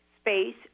space